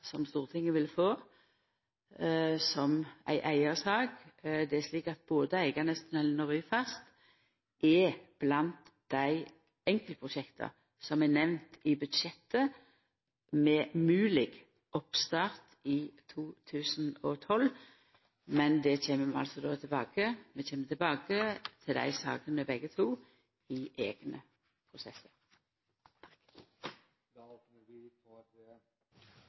som det er understreka, at det gjev moglegheit òg til innkrevjing av bompengar for Eiganestunnelen. Dette vil Stortinget få som ei eiga sak. Både Eiganestunnelen og Ryfast er blant dei enkeltprosjekta som er nemnde i budsjettet, med mogleg oppstart i 2012. Men vi kjem tilbake til begge dei sakene i eigne